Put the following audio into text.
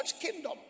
kingdom